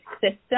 system